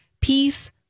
Peace